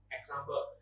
example